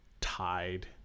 tied